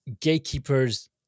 gatekeepers